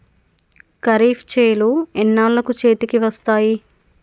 ఖరీఫ్ చేలు ఎన్నాళ్ళకు చేతికి వస్తాయి?